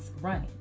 running